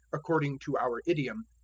according to our idiom.